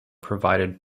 provided